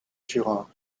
turin